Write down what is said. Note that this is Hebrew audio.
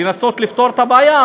לנסות לפתור את הבעיה,